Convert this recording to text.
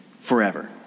Forever